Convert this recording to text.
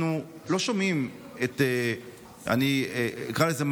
אנחנו לא שומעים אני אקרא לזה,